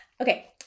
Okay